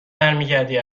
برمیگردی